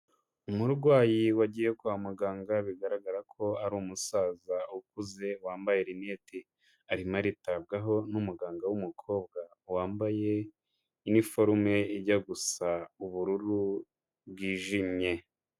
Umurwayi wagiye kwa muganga bigaragara ko ari umusaza ukuze wambaye rinete. Arimo aritabwaho n'umuganga w'umukobwa wambaye iniforume ijya gusa ubururu bwijimye.